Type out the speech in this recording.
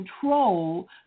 control